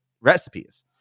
recipes